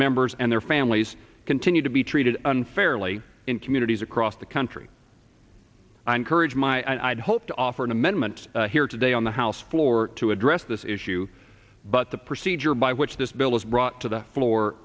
members and their families continue to be treated unfairly in communities across the country i encourage my i'd hope to offer an amendment here today on the house floor to address this issue but the procedure by which this bill is brought to the floor